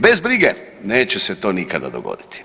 Bez brige, neće se to nikada dogoditi!